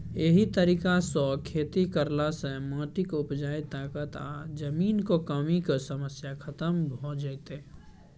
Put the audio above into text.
एहि तरीका सँ खेती करला सँ माटिक उपजा ताकत आ जमीनक कमीक समस्या खतम भ जेतै